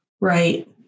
Right